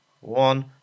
one